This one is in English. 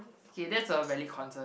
K that's a valid concern